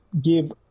give